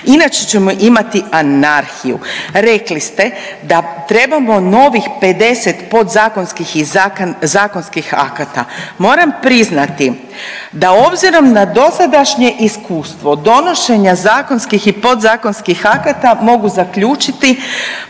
inače ćemo imati anarhiju. Rekli ste da trebamo novih 50 podzakonskih i zakonskih akata. Moramo priznati da obzirom na dosadašnje iskustvo donošenja zakonskih i podzakonskih akata, mogu zaključiti